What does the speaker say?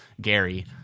Gary